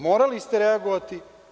Morali ste reagovati.